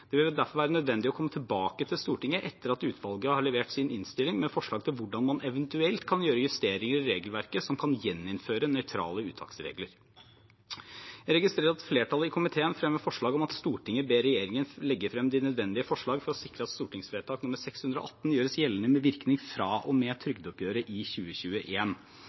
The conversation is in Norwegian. Det vil derfor være nødvendig å komme tilbake til Stortinget etter at utvalget har levert sin innstilling, med forslag til hvordan man eventuelt kan gjøre justeringer i regelverket som kan gjeninnføre nøytrale uttaksregler. Jeg registrerer at flertallet i komiteen fremmer følgende forslag: «Stortinget ber regjeringen legge frem de nødvendige forslag for å sikre at stortingsvedtak nr. 618 gjøres gjeldende med virkning fra og med trygdeoppgjøret